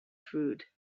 food